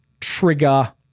trigger